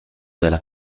della